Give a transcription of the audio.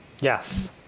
Yes